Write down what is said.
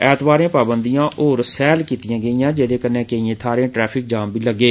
ऐतवारें पाबन्दियां होर सैहल कीतियां गेइयां जेहदे नै केइए थाहरें ट्रैफिक जाम बी लग्गे